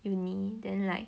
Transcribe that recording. university then like